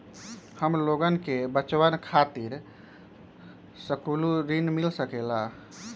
हमलोगन के बचवन खातीर सकलू ऋण मिल सकेला?